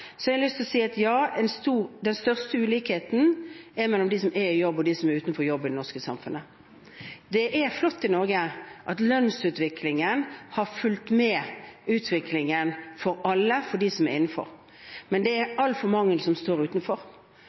ja, den største ulikheten er mellom dem som er i jobb, og dem som ikke er i jobb i det norske samfunnet. Det er flott at lønnsutviklingen i Norge har fulgt utviklingen for alle som er innenfor. Men det er altfor mange som står utenfor